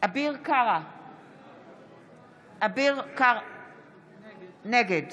אביר קארה, נגד